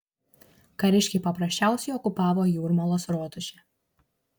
kariškiai paprasčiausiai okupavo jūrmalos rotušę